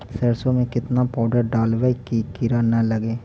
सरसों में केतना पाउडर डालबइ कि किड़ा न लगे?